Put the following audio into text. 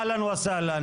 אהלן וסהלן,